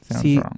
See